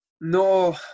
No